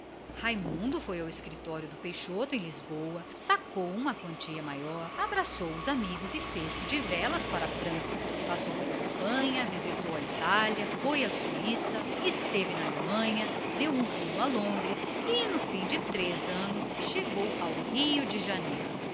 resolvido foi ao escritório de peixoto costa cia sacou a quantia de que precisava abraçou os amigos e fez-se de vela para a frança passou pela espanha visitou a itália foi à suíça esteve na alemanha percorreu a inglaterra e no fim de três anos de viagem chegou ao rio de janeiro